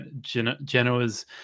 Genoa's